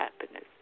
happiness